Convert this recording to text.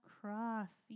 cross